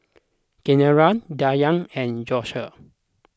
Kieran Danyell and Josue